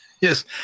yes